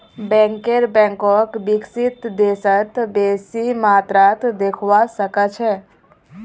banker बैंकक विकसित देशत बेसी मात्रात देखवा सके छै